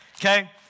okay